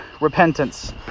repentance